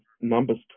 numbers